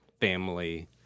family